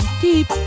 deep